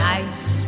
Nice